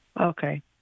Okay